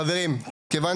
חברים, כיוון